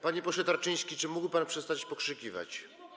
Panie pośle Tarczyński, czy mógłby pan przestać pokrzykiwać?